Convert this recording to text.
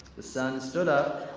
the son stood up,